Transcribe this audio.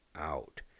out